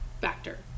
factor